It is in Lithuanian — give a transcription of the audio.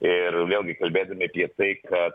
ir vėlgi kalbėdami apie tai kad